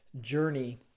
journey